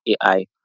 AI